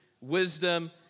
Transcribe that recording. wisdom